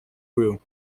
grew